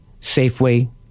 Safeway